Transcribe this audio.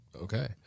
okay